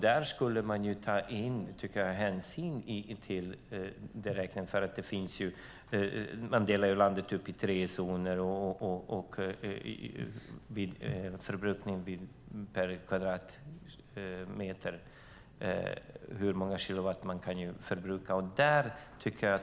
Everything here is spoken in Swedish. Där tycker jag att man skulle ta hänsyn hur många kilowattimmar man förbrukar per kvadratmeter med direktverkande el. Man delar ju in landet i tre zoner.